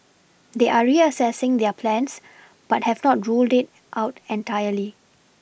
they are reassessing their plans but have not ruled it out entirely